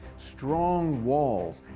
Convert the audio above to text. strong walls,